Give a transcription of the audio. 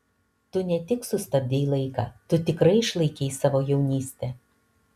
tu ne tik sustabdei laiką tu tikrai išlaikei savo jaunystę